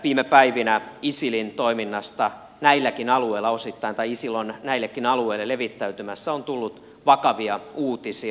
viime päivinä isilin toiminnasta isil on näillekin alueille levittäytymässä on tullut vakavia uutisia